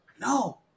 No